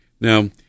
Now